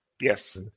Yes